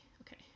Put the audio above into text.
Okay